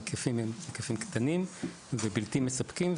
ההיקפים הם היקפים קטנים ובלתי מספקים,